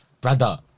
Brother